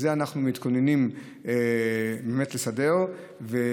ואת זה אנחנו מתכוננים באמת לסדר ולשפר.